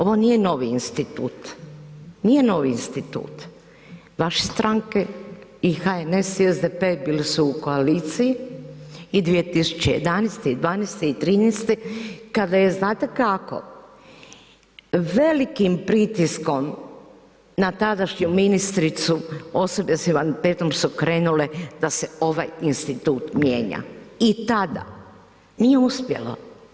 Ovo nije novi institut, nije novi institut, vaša stranka i HNS i SDP bili su u koaliciji, i 2011. i 2012. i 2013. kada je znate kako, velikim pritiskom na tadašnju ministricu osobe sa invaliditetom su krenule da se ovaj institut mijenja i tada nije uspjelo.